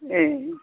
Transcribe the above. ए